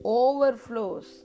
overflows